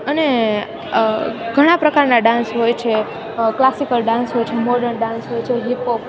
અને ઘણા પ્રકારના ડાન્સ હોય છે ક્લાસિકલ ડાન્સ હોય છે મોર્ડન હોય છે હિપોપ